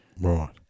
Right